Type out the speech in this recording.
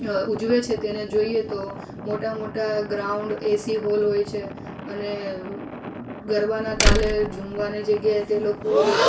ઉજવે છે તેને જોઈએ તો મોટા મોટા ગ્રાઉન્ડ એસી હોલ હોય છે અને ગરબાના તાલે ઝુમવાની જગ્યાએ તે લોકો